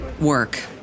work